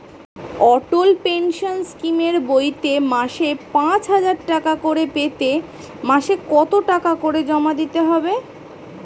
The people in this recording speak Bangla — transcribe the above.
অটল পেনশন স্কিমের বইতে মাসে পাঁচ হাজার টাকা করে পেতে মাসে কত টাকা করে জমা দিতে হবে?